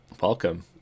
welcome